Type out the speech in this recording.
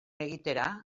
egitera